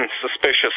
suspicious